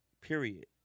Period